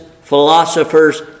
philosophers